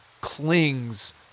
clings